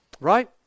right